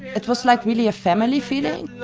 it was, like, really a family feeling